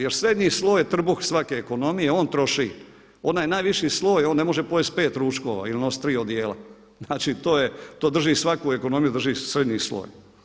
Jer srednji sloj je trbuh svake ekonomije, on troši, onaj najviši sloj, on ne može pojesti 5 ručaka ili nositi 3 odjela, znači to je, to drži svaku ekonomiju, drži srednji sloj.